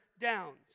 downs